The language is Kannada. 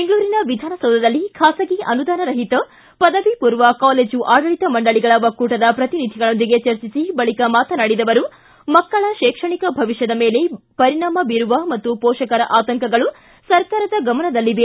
ಬೆಂಗಳೂರಿನ ವಿಧಾನಸೌಧದಲ್ಲಿ ಖಾಸಗಿ ಅನುದಾನರಹಿತ ಪದವಿ ಪೂರ್ವ ಕಾಲೇಜು ಆಡಳಿತ ಮಂಡಳಿಗಳ ಒಕ್ಕೂಟದ ಪ್ರತಿನಿಧಿಗಳೊಂದಿಗೆ ಚರ್ಚಿಸಿ ಬಳಕ ಮಾತನಾಡಿದ ಅವರು ಮಕ್ಕಳ ಶೈಕ್ಷಣಿಕ ಭವಿಷ್ಯದ ಮೇಲೆ ಬೀರುವ ಪರಿಣಾಮಗಳು ಮತ್ತು ಪೋಷಕರ ಆತಂಕಗಳು ಸರ್ಕಾರದ ಗಮನದಲ್ಲಿವೆ